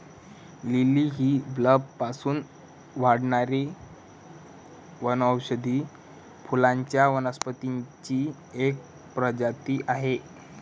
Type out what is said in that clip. lily ही बल्बपासून वाढणारी वनौषधी फुलांच्या वनस्पतींची एक प्रजाती आहे